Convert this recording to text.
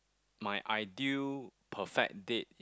my ideal perfect date